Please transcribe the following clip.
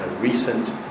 recent